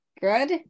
Good